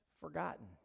forgotten